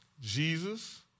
Jesus